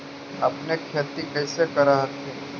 अपने खेती कैसे कर हखिन?